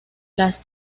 las